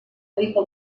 ohiko